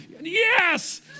Yes